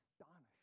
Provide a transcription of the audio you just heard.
astonished